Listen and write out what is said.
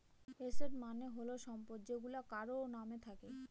asset মানে হল সম্পদ যেইগুলা কারোর নাম থাকে